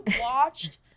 watched